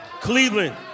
Cleveland